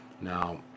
Now